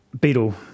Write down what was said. Beetle